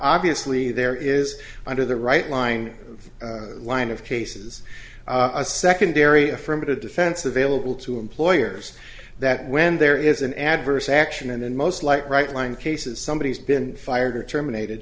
obviously there is under the right line line of cases a secondary affirmative defense available to employers that when there is an adverse action and in most like right line cases somebody has been fired or terminated